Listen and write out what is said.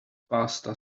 pasta